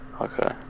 Okay